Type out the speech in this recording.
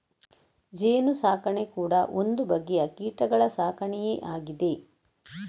ಜೇನು ಸಾಕಣೆ ಕೂಡಾ ಒಂದು ಬಗೆಯ ಕೀಟಗಳ ಸಾಕಣೆಯೇ ಆಗಿದೆ